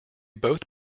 both